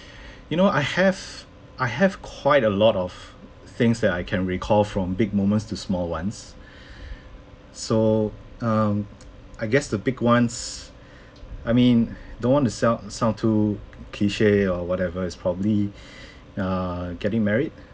you know I have I have quite a lot of things that I can recall from big moments to small ones so um I guess the big ones I mean don't want to sound sound too cliche or whatever is probably err getting married